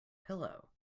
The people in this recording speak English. pillow